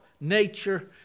nature